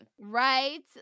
right